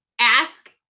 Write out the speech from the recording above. ask